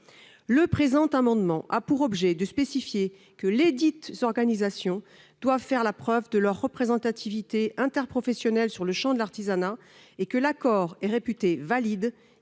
Le présent amendement a pour objet de spécifier que les organisations visées doivent faire la preuve de leur représentativité interprofessionnelle sur le champ de l'artisanat, et que l'accord est réputé valide y compris